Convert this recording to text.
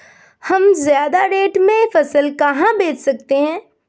हम ज्यादा रेट में फसल कहाँ बेच सकते हैं?